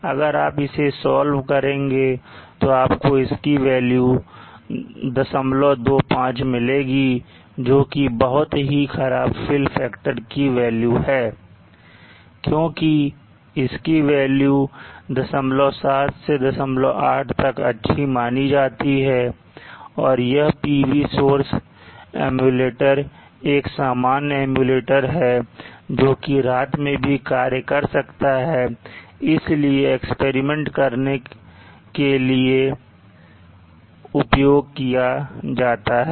अगर आप इसे सॉल्व करेंगे तो आपको इसकी वैल्यू 025 मिलेगी जोकि बहुत ही खराब fill factor की वैल्यू है क्योंकि इसकी वैल्यू 07 से 08 तक अच्छी मानी जाती है पर यह PV सोर्स एम्युलेटर एक सामान्य एम्युलेटर है जोकि रात में भी कार्य कर सकता है इसलिए एक्सपेरिमेंट करने के लिए उपयोग किया जाता है